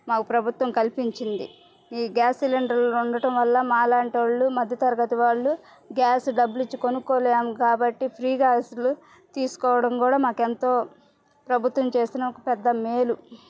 మాకు ప్రభుత్వం కల్పించింది ఈ గ్యాస్ సిలిండర్లు ఉండడం వల్ల మా లాంటి వాళ్లు మధ్యతరగతి వాళ్ళు గ్యాస్ డబ్బులు ఇచ్చి కొనుక్కోలేము కాబట్టి ఫ్రీగా అసలు తీసుకోవడం కూడా మాకు ఎంతో ప్రభుత్వం చేస్తున్న ఒక పెద్ద మేలు